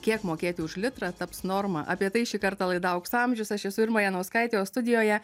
kiek mokėti už litrą taps norma apie tai šį kartą laida aukso amžius aš esu irma janauskaitė o studijoje